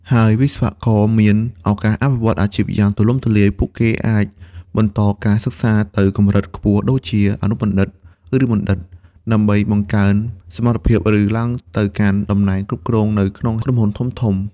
ហើយវិស្វករមាន ឱកាសអភិវឌ្ឍន៍អាជីពយ៉ាងទូលំទូលាយ ពួកគេអាចបន្តការសិក្សាទៅកម្រិតខ្ពស់ ដូចជាអនុបណ្ឌិត ឬបណ្ឌិត ដើម្បីបង្កើនសមត្ថភាព ឬឡើងទៅកាន់តំណែងគ្រប់គ្រងនៅក្នុងក្រុមហ៊ុនធំៗ។